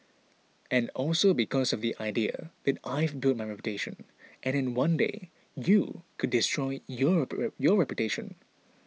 and also because of the idea that I've built my reputation and in one day you could destroy your your reputation